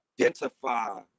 identify